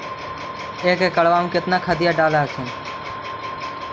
एक एकड़बा मे कितना खदिया डाल हखिन?